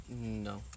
No